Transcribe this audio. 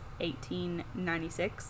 1896